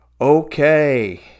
okay